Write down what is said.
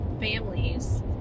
families